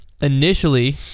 Initially